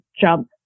jump